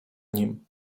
nim